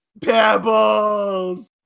Pebbles